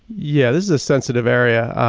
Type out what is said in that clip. yeah, this is a sensitive area.